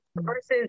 versus